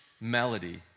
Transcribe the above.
melody